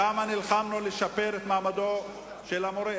כמה נלחמנו לשפר את מעמדו של המורה.